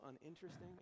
uninteresting